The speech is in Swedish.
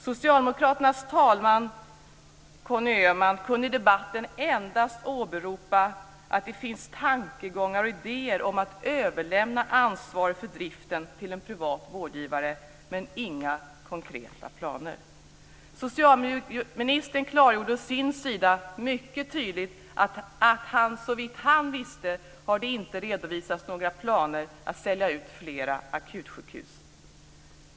Socialdemokraternas talesman, Conny Öhman, kunde i debatten endast åberopa att det finns tankegångar och idéer om att överlämna ansvaret för driften till en privat vårdgivare men inga konkreta planer. Socialministern klargjorde å sin sida mycket tydligt att det såvitt han visste inte har redovisats några planer på att sälja ut flera akutsjukhus.